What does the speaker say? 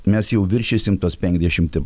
mes jau viršysim tuos penkiasdešimtį